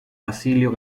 basilio